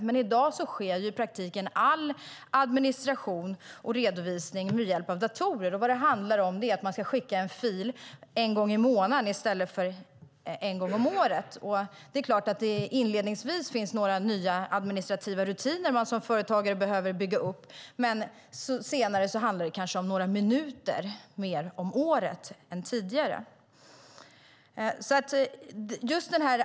I dag sker dock i praktiken all administration och redovisning med hjälp av datorer. Vad detta handlar om är att man ska skicka en fil en gång i månaden i stället för en gång om året. Det är klart att det inledningsvis finns några nya administrativa rutiner man som företagare behöver bygga upp, men senare handlar det kanske bara om några minuter mer om året.